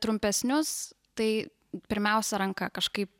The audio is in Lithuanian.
trumpesnius tai pirmiausia ranka kažkaip